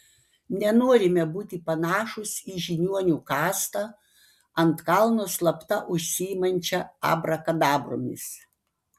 nenorime būti panašūs į žiniuonių kastą ant kalno slapta užsiimančią abrakadabromis